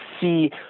see